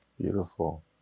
Beautiful